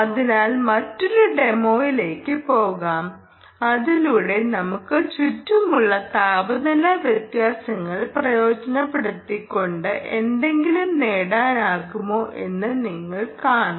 അതിനാൽ മറ്റൊരു ഡെമോയിലേക്ക് പോകാം അതിലൂടെ നമുക്ക് ചുറ്റുമുള്ള താപനില വ്യത്യാസങ്ങൾ പ്രയോജനപ്പെടുത്തിക്കൊണ്ട് എന്തെങ്കിലും നേടാനാകുമോ എന്ന് നിങ്ങൾ കാണണം